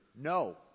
no